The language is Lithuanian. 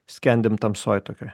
skendime tamsoje tokia